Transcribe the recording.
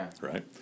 right